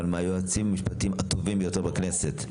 אבל היא מהיועצים המשפטיים הטובים ביותר בכנסת.